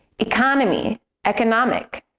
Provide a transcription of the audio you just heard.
economy economic